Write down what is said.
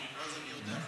ואז אני יודע,